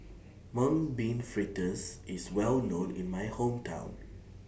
Mung Bean Fritters IS Well known in My Hometown